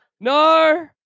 No